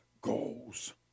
goals